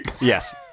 Yes